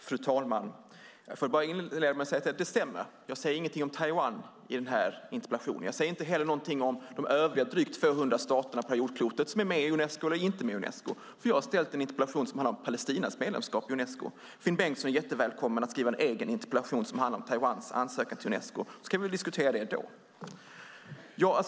Fru talman! Jag ska bara inleda med att det stämmer. Jag säger ingenting om Taiwan i denna interpellation. Jag säger inte heller någonting om de övriga drygt 200 stater på detta jordklot som är med i Unesco eller inte med i Unesco eftersom jag har ställt en interpellation som handlar om Palestinas medlemskap i Unesco. Finn Bengtsson är jättevälkommen att skriva en egen interpellation som handlar om Taiwans ansökan till Unesco, och så kan vi diskutera det då.